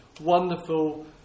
wonderful